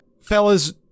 fellas